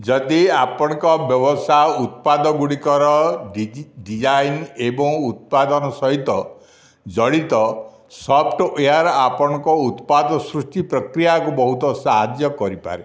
ଯଦି ଆପଣଙ୍କ ବ୍ୟବସାୟ ଉତ୍ପାଦ ଗୁଡ଼ିକର ଡିଜାଇନ୍ ଏବଂ ଉତ୍ପାଦନ ସହିତ ଜଡ଼ିତ ସଫ୍ଟୱେର୍ ଆପଣଙ୍କ ଉତ୍ପାଦ ସୃଷ୍ଟି ପ୍ରକ୍ରିୟାକୁ ବହୁତ ସାହାଯ୍ୟ କରିପାରେ